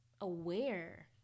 aware